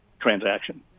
transaction